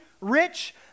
rich